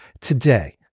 today